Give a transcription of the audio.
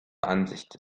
ansicht